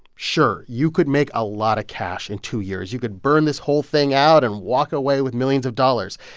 sure, you could make a lot of cash in two years. you could burn this whole thing out and walk away with millions of dollars.